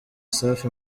safi